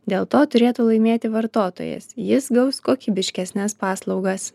dėl to turėtų laimėti vartotojas jis gaus kokybiškesnes paslaugas